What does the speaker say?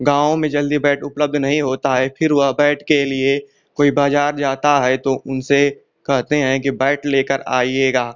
गाँव में जल्दी बैट उपलब्ध नहीं होता है फिर वह बैट के लिए कोई बाज़ार जाता है तो उनसे कहते हैं कि बैट लेकर आइएगा